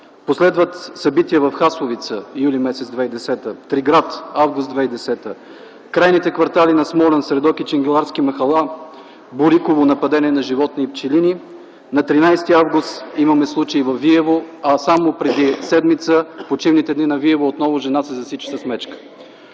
Последват събития в Хасовица, юли месец 2010 г., Триград – август 2010 г. Крайните квартали на Смолян „Средок”, „Чилингирска махала” и „Бориково” нападение над животни и пчелини. На 13 август имаме случай във Виево, а само преди седмица в почивните дни отново в с. Виево жена се засича с мечка.